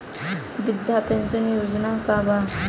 वृद्ध पेंशन योजना का बा?